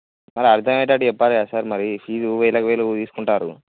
మరి అర్థమయ్యేటట్టు చెప్పాలి కదా సార్ మరి ఫీజు వేలకు వేలు తీసుకుంటారు